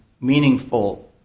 meaningful